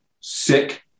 sick